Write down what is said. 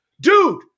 Dude